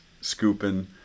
scooping